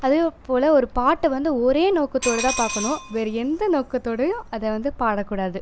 அதேப்போல் ஒரு பாட்டை வந்து ஒரே நோக்கத்தோடு தான் பார்க்கணும் வேறே எந்த நோக்கத்தோடேயும் அதை வந்து பாடக்கூடாது